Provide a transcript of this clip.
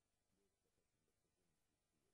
סדר-היום.